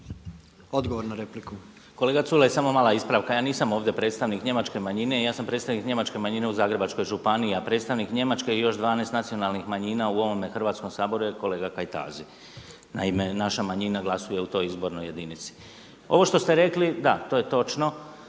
Goran (HNS)** Kolega Culej, samo mala ispravka, ja nisam ovdje predstavnik njemačke manjine, ja sam predstavnik njemačke manjine u Zagrebačkoj županiji a predsjednik Njemačke i još 12 nacionalnih manjina u ovome Hrvatskome saboru je kolega Kajtazi. Naime, naša manjima glasuje u toj izbornoj jedinici. Ovo što ste rekli, da to je točno,